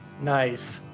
Nice